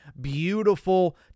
beautiful